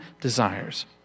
desires